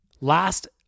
Last